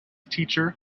teacher